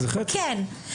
כן.